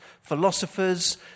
philosophers